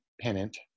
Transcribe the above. pennant